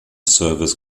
service